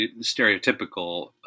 stereotypical